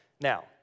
now